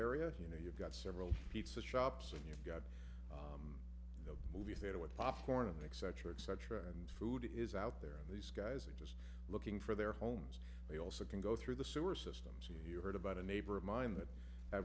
area you know you've got several pizza shops and you've got the movie theater with popcorn and eccentric sucher and food is out there and these guys are just looking for their homes they also can go through the sewer systems you heard about a neighbor of mine that